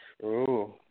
True